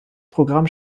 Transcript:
programm